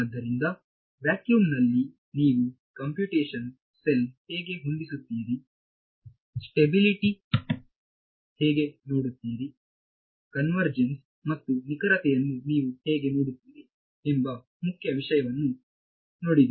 ಆದ್ದರಿಂದ ವ್ಯಾಕ್ಯೂಮ್ದಲ್ಲಿ ನೀವು ಕಂಪ್ಯೂಟೇಶನಲ್ ಸೆಲ್ ಹೇಗೆ ಹೊಂದಿಸುತ್ತೀರಿ ಸ್ಟೆಬಿಲಿಟಿಯನ್ನು ಹೇಗೆ ನೋಡುತ್ತೀರಿ ಕನ್ವರ್ಜೆನ್ಸ್ ಮತ್ತು ನಿಖರತೆಯನ್ನು ನೀವು ಹೇಗೆ ನೋಡುತ್ತೀರಿ ಎಂಬ ಮುಖ್ಯ ವಿಷಯವನ್ನು ನೋಡಿದೆ